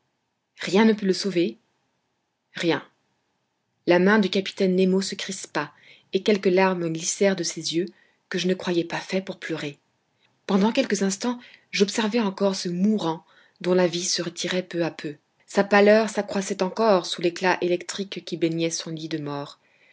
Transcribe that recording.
rien ne peut le sauver rien la main du capitaine nemo se crispa et quelques larmes glissèrent de ses yeux que je ne croyais pas faits pour pleurer pendant quelques instants j'observai encore ce mourant dont la vie se retirait peu à peu sa pâleur s'accroissait encore sous l'éclat électrique qui baignait son lit de mort